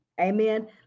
Amen